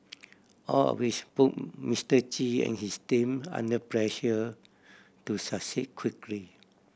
all of which put Mister Chi and his team under pressure to succeed quickly